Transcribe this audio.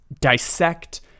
dissect